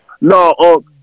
No